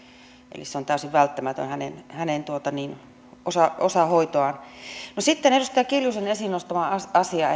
eli se on täysin välttämätön osa hänen hoitoaan sitten edustaja kiljusen esiin nostama asia